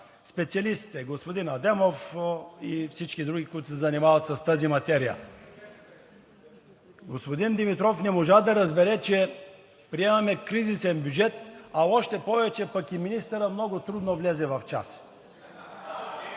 специалистите – господин Адемов и всички други, които се занимават с тази материя. Господин Димитров не можа да разбере, че приемаме кризисен бюджет, а още повече пък и министърът много трудно влезе в час.